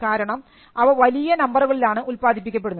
കാരണം അവ വലിയ നമ്പറുകളിലാണ് ഉത്പാദിപ്പിക്കപ്പെടുന്നത്